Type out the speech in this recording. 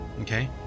okay